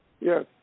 Yes